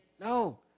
No